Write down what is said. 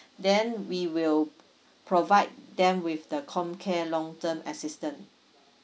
then we will provide them with the com care long term assistant